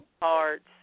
parts